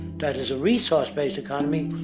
that is a resourced based economy,